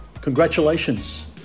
Congratulations